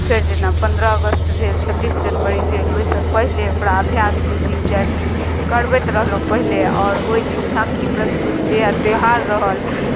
फेर जेना पन्द्रह अगस्त भेल छब्बीस जनवरी भेल ओहिसँ पहिले ओकरा अभ्यास दू दिन चारि दिन करबैत रहलहुँ पहिले आओर ओहि दिन झाँकी प्रस्तुत जहिआ त्योहार रहल